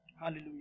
hallelujah